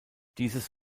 dieses